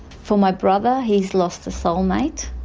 for my brother he has lost a soul mate,